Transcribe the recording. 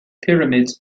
pyramids